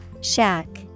Shack